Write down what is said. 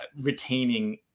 retaining